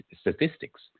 statistics